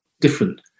different